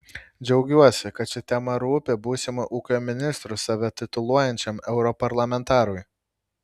džiaugiuosi kad ši tema rūpi būsimu ūkio ministru save tituluojančiam europarlamentarui